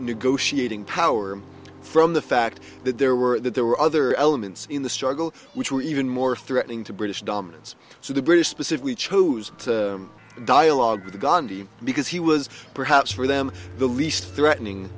negotiating power from the fact that there were other elements in the struggle which were even more threatening to british dominance so the british specifically chose to dialogue with gandhi because he was perhaps for them the least threatening